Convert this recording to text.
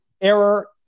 error